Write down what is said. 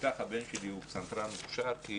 הבן שלי הוא פסנתרן מוכשר כי